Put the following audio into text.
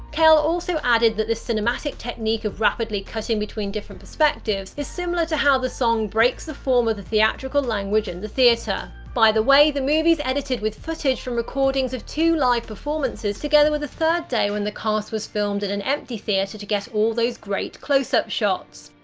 kail also added that this cinematic technique of rapidly cutting between different perspectives is similar to how the song breaks the form of the theatrical language in the theatre. by the way, the movie is edited with footage from recordings of two live performances together with a third day when the cast was filmed in an empty theatre to get all of those great close-up shots.